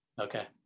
okay